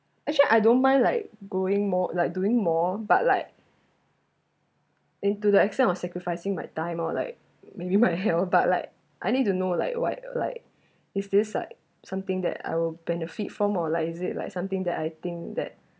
actually I don't mind like going more like doing more but like into the extent of sacrificing my time or like maybe my health but like I need to know like what like if this like something that I will benefit from or is it like something that I think that